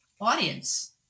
audience